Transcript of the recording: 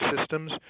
systems